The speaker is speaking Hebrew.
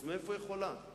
אז איפה היא יכולה?